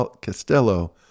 Castello